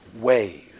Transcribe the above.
ways